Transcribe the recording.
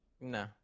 No